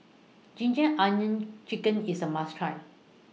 Ginger Onions Chicken IS A must Try